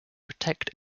protect